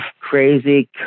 crazy